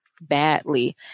badly